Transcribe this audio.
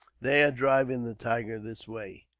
they are driving the tiger this way,